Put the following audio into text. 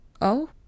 Oh